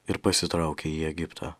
ir pasitraukė į egiptą